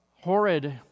horrid